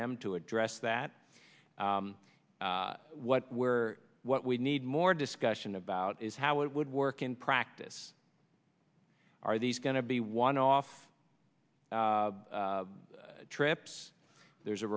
r m to address that what were what we need more discussion about is how it would work in practice are these going to be one off trips there's